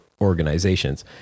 organizations